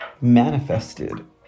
manifested